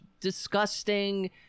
disgusting